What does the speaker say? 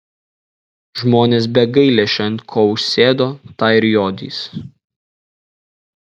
žmonės be gailesčio ant ko užsėdo tą ir jodys